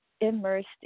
immersed